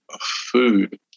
food